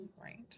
right